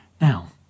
Now